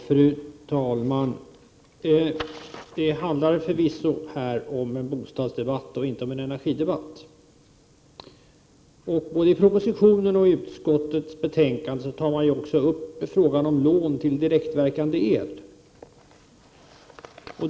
Fru talman! Det här är förvisso en bostadsdebatt och inte en energidebatt. Både i propositionen och i utskottets betänkande tar man också upp frågan om lån till direktverkande el.